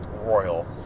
Royal